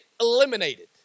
eliminated